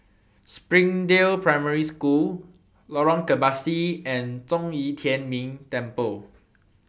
Springdale Primary School Lorong Kebasi and Zhong Yi Tian Ming Temple